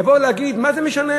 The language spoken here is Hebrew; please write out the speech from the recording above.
לבוא ולהגיד: מה זה משנה?